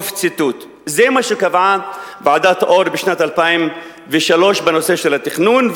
זה מה שקבעה ועדת-אור בשנת 2003 בנושא של התכנון,